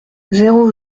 zéro